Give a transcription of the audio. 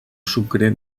sucre